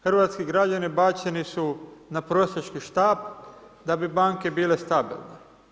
Hrvatski građani bačeni su na prosjački štap da bi banke bile stabilne.